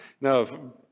No